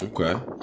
Okay